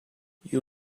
you